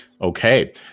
Okay